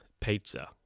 pizza